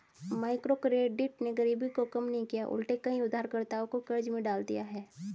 microcredit ने गरीबी को कम नहीं किया उलटे कई उधारकर्ताओं को कर्ज में डाल दिया है